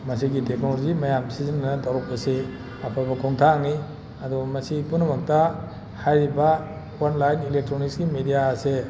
ꯃꯁꯤꯒꯤ ꯇꯦꯛꯅꯣꯂꯣꯖꯤ ꯃꯌꯥꯝ ꯁꯤꯖꯤꯟꯅ ꯇꯧꯔꯛꯄꯁꯤ ꯑꯐꯕ ꯈꯣꯡꯊꯥꯡꯅꯤ ꯑꯗꯣ ꯃꯁꯤ ꯄꯨꯝꯅꯃꯛꯇ ꯍꯥꯏꯔꯤꯕ ꯑꯣꯟꯂꯥꯏꯟ ꯏꯂꯦꯛꯇ꯭ꯔꯣꯅꯤꯛꯁꯀꯤ ꯃꯦꯗꯤꯌꯥ ꯑꯁꯦ